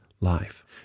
life